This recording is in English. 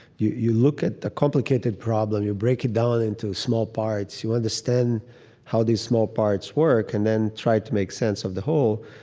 you you look at a complicated problem, you break it down into small parts, you understand how these small parts work and then try to make sense of the whole.